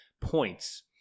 points